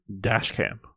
Dashcam